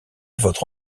votre